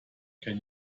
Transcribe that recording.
can